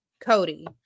Cody